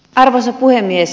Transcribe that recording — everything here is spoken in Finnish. arvoisa puhemies